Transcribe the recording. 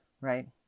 right